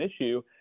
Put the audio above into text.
issue